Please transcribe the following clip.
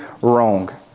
wrong